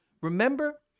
remember